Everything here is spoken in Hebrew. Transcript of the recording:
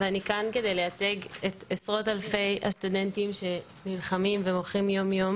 ואני כאן כדי לייצג את עשרות אלפי הסטודנטים שנלחמים ומוחים יום יום